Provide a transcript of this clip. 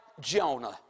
Jonah